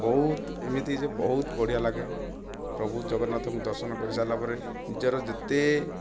ବହୁତ ଏମିତି ଯେ ବହୁତ ବଢ଼ିଆ ଲାଗେ ପ୍ରଭୁ ଜଗନ୍ନାଥଙ୍କୁ ଦର୍ଶନ କରିସାରିଲା ପରେ ନିଜର ଯେତେ